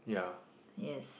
yes